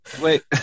Wait